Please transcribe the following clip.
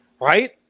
right